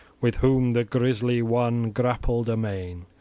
with whom the grisly one grappled amain.